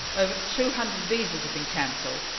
over two hundred visas have been cancelled,